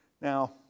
Now